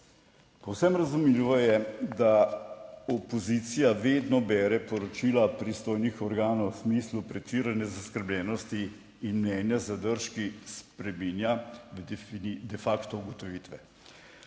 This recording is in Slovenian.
Povsem razumljivo je, da opozicija vedno bere poročila pristojnih organov v smislu pretirane zaskrbljenosti in mnenja z zadržki spreminja de facto ugotovitve.